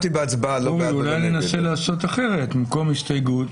אולי ננסה לעשות אחרת, במקום הסתייגות